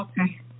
Okay